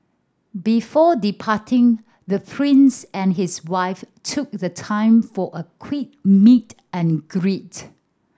before departing the Prince and his wife took the time for a quick meet and greet